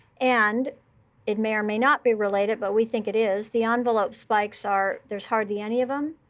and it may or may not be related, but we think it is. the envelope spikes are there's hardly any of them,